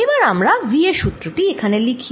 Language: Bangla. এবার আমরা V এর সুত্র টি এখানে লিখি